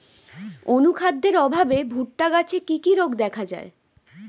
অনুখাদ্যের অভাবে ভুট্টা গাছে কি কি রোগ দেখা যায়?